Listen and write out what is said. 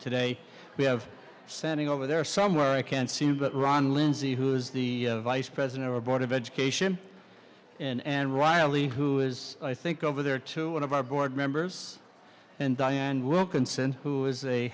today we have sending over there somewhere i can't seem but ron lindsey who is the vice president our board of education and riley who is i think over there to one of our board members and diane wilkinson who is a